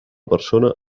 persona